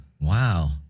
Wow